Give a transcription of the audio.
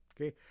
Okay